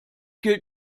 gilt